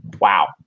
wow